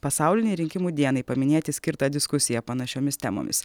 pasaulinei rinkimų dienai paminėti skirtą diskusiją panašiomis temomis